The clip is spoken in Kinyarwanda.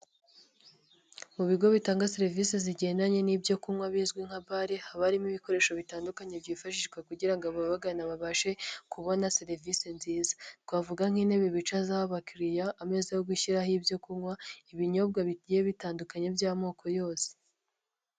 Mu bigo bitanga serivisi zigendanye n'ibyo kunywa bizwi nka bare, haba harimo ibikoresho bitandukanye byifashishwa kugira ngo ababagana babashe kubona serivisi nziza, twavuga nk'intebe bicazaho abakiriya, ameza yo gushyiraho ibyo kunywa, ibinyobwa bigiye bitandukanye by'amoko yose.